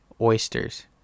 oysters